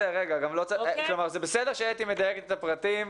זה בסדר שאתי מדייקת את הפרטים.